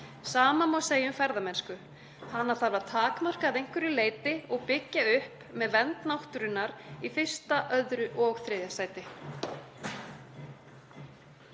Sama má segja um ferðamennsku. Hana þarf að takmarka að einhverju leyti og byggja upp með vernd náttúrunnar í fyrsta öðru og þriðja sæti.